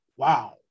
Wow